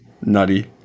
nutty